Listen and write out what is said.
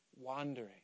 wandering